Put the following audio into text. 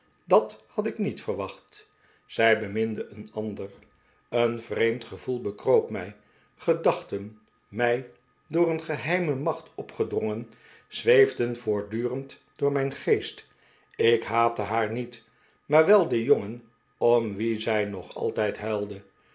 dat had ik niet verwacht zij beminde een ander een vreemd gevoel bekroop mij gedachten mij door een geheime macht opgedrongen zweefden voortdurend door mijn geest ik haatte haar niet maar wel den jongen om wien zij nog altijd huilde